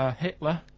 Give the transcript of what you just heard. ah hitler,